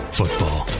football